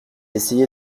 essayé